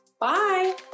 Bye